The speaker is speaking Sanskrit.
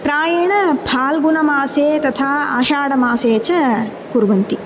प्रायेण फाल्गुनमासे तथा आषाढमासे च कुर्वन्ति